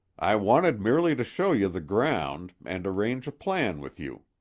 i wanted merely to show you the ground, and arrange a plan with you,